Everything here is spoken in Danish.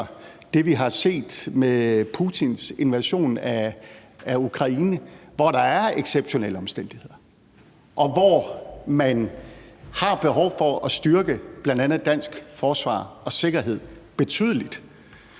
det, vi har set med Putins invasion af Ukraine, hvor der er exceptionelle omstændigheder, og hvor man har behov for at styrke bl.a. dansk forsvar og sikkerhed betydeligt.